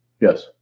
Yes